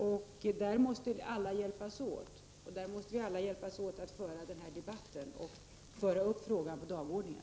I detta arbete måste alla hjälpas åt, och alla måste hjälpas åt att föra denna debatt och se till att denna fråga förs upp på dagordningen.